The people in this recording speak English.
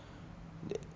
uh